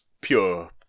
pure